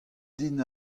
din